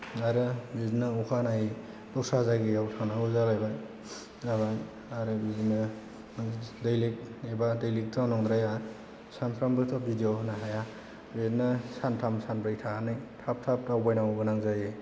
आरो बिदिनो अखानायै दस्रा जायगायाव थांनांगौ जालायबाय जाबाय आरो बिदिनो दैलिख एबा दैलिखथ' नंद्राया सानफ्रामबोथ' भिडिय' होनो हाया बिदिनो सानथाम सानब्रै थानानै थाब थाब दावबायनांगौ गोनां जायो